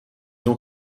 ont